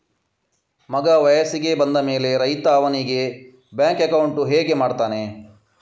ಮಗ ವಯಸ್ಸಿಗೆ ಬಂದ ಮೇಲೆ ರೈತ ಅವನಿಗೆ ಬ್ಯಾಂಕ್ ಅಕೌಂಟ್ ಹೇಗೆ ಮಾಡ್ತಾನೆ?